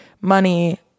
Money